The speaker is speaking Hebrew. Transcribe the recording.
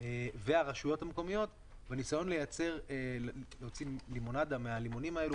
והרשויות המקומיות בניסיון להוציא לימונדה מהלימונים האלה